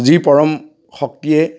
যি পৰম শক্তিয়ে